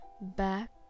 back